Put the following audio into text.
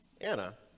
Anna